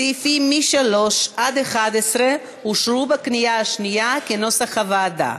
סעיפים 3 11 אושרו בקריאה שנייה כנוסח הוועדה.